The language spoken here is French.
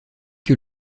que